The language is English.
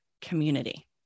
community